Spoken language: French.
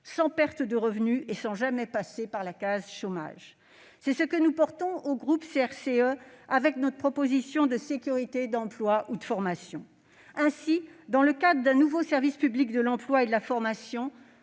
sans perte de revenu et sans jamais passer par la case « chômage ». C'est ce que soutient le groupe CRCE au travers de sa proposition de sécurité d'emploi ou de formation. Dans le cadre d'un nouveau service public de l'emploi et de la formation,